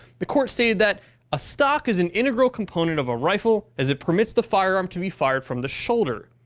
the court stated that a stock is an integral component of a rifle as it permits the firearm to be fired from the shoulder.